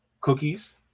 Cookies